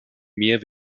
mehr